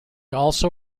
also